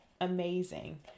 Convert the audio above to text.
amazing